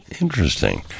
Interesting